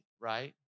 right